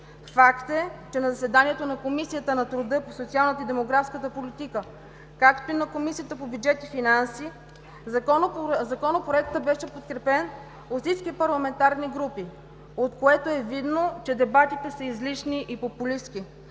факт е, че на заседанието на Комисията по труда, социалната и демографската политика, както и на Комисията по бюджет и финанси Законопроектът беше подкрепен от всички парламентарни групи, от което е видно, че дебатите са излишни и популистки.